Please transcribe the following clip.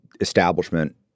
establishment